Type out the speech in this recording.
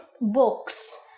books